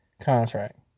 contract